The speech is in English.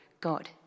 God